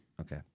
Okay